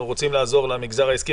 אנחנו רוצים לעזור למגזר העסקי,